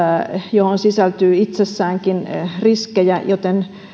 johon sisältyy itsessäänkin riskejä joten